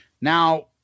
Now